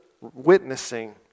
witnessing